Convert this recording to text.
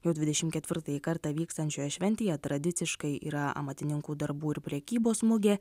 jau dvidešim ketvirtąjį kartą vykstančioje šventėje tradiciškai yra amatininkų darbų ir prekybos mugė